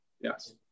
Yes